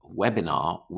webinar